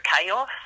chaos